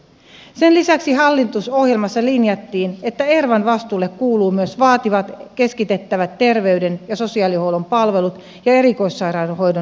sen lisäksi hallitusohjelmassa linjattiin että ervan vastuulle kuuluvat myös vaativat keskitettävät terveyden ja sosiaalihuollon palvelut ja erikoissairaanhoidon ympärivuorokautista päivystystä